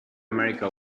america